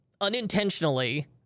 unintentionally